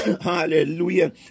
Hallelujah